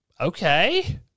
Okay